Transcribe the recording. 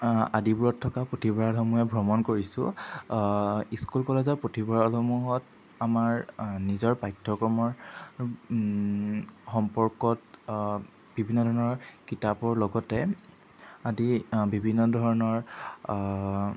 আদিবোৰত থকা পুথিভঁৰালসমূহে ভ্ৰমণ কৰিছোঁ স্কুল কলেজৰ পুথিভঁৰালসমূহত আমাৰ নিজৰ পাঠ্যক্ৰমৰ সম্পৰ্কত বিভিন্ন ধৰণৰ কিতাপৰ লগতে আদি বিভিন্ন ধৰণৰ